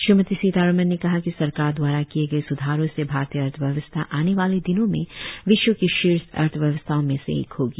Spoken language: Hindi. श्रीमती सीतारामन ने कहा कि सरकर द्वारा किये गये स्धारों से भारतीय अर्थव्यवस्था आने वाले दिनों में विश्व की शीर्ष अर्थव्यवस्थाओं में से एक होगी